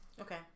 Okay